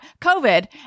COVID